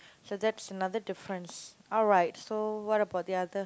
so that's another difference alright so what about the other